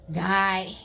guy